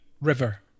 river